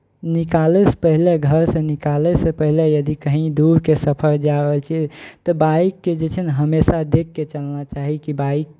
निकालयसँ पहिले घरसँ निकालयसँ पहिले यदि कहीँ दूर के सफर जा रहल छियै तऽ बाइककेँ जे छै ने हमेशा देखि कऽ चलना चाही कि बाइक